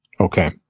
Okay